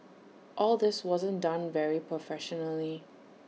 all this wasn't done very professionally